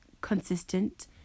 consistent